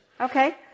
Okay